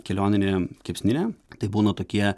kelioninę kepsninę tai būna tokie